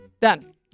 Done